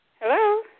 Hello